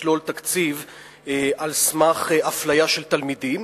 לשלול תקציב על סמך אפליה של תלמידים,